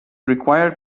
required